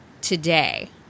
today